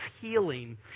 healing